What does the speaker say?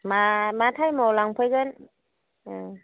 मा मा टाइमआव लांफैगोन